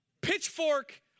pitchfork